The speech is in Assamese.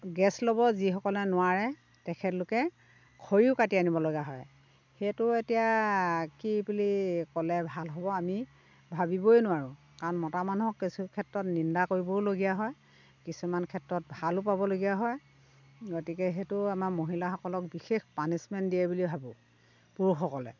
গেছ ল'ব যিসকলে নোৱাৰে তেখেতলোকে খৰিও কাটি আনিবলগা হয় সেইটো এতিয়া কি বুলি ক'লে ভাল হ'ব আমি ভাবিবই নোৱাৰোঁ কাৰণ মতা মানুহক কিছু ক্ষেত্ৰত নিন্দা কৰিবও লগীয়াও হয় কিছুমান ক্ষেত্ৰত ভালো পাবলগীয়া হয় গতিকে সেইটো আমাৰ মহিলাসকলক বিশেষ পানিছমেণ্ট দিয়ে বুলি ভাবোঁ পুৰুষসকলে